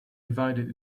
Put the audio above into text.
divided